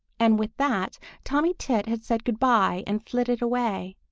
and with that tommy tit had said good-by and flitted away.